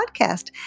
podcast